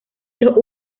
los